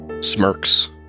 smirks